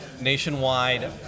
nationwide